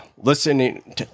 listening